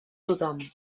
tothom